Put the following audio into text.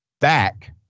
back